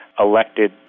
elected